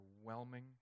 overwhelming